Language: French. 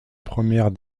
première